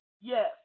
Yes